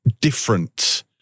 different